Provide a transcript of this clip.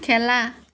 খেলা